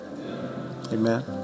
Amen